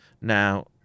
now